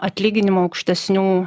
atlyginimų aukštesnių